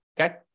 okay